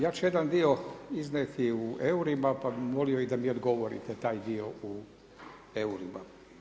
Ja ću jedan dio iznijeti u EUR-ima, pa bih molio da mi i odgovorite taj dio u EUR-ima.